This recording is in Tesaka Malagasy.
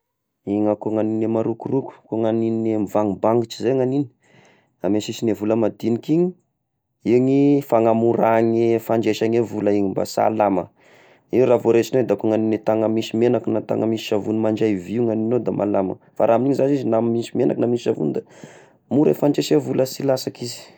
Igny ako agn'ny marokoroko ko agn'igny nivangibatry izay ny agn'igny, amy sisigny vola madignika igny, igny fagnamorany fandraisagny vola io mba sy halama, io raha vao raisignao da ko agn'ny tana misy megnaka na tana misy savogny mandray vy ny agnao da malama, fa raha amign'igny zashy izy na misy megnaka na misy savogny da mora fandraisa vola sy lasaky izy.